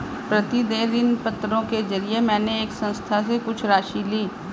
प्रतिदेय ऋणपत्रों के जरिये मैंने एक संस्था से कुछ राशि ली